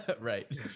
Right